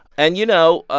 and, you know, ah